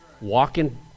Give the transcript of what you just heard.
Walking